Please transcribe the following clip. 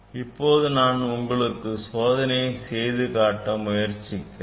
இப்போது நான் உங்களுக்கு சோதனையை செய்து காட்ட முயற்சிக்கிறேன்